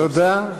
תודה.